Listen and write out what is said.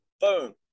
Boom